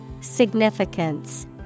Significance